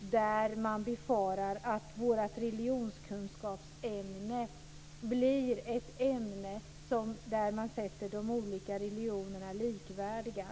där man kan befara att vårt religionskunskapsämne blir ett ämne där man sätter de olika religionerna likvärdiga.